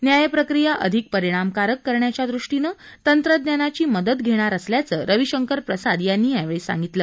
न्याय प्रक्रिया अधिक परिणामकारक करण्याच्या दृष्टीनं तंत्रज्ञानाची मदत घेणार असल्याचं रविशंकर प्रसाद यांनी यावेळी सांगितलं